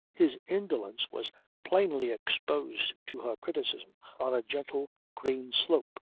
his indolence was plainly exposed to her criticism on a gentle green slope.